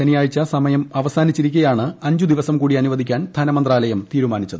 ശനിയാഴ്ച സമയം അവസാനിച്ചിരിക്കെയാണ് അഞ്ചു ദിവസം കൂടി അനുവദിക്കാൻ ധനമന്ത്രാലയം തീരുമാനിച്ചത്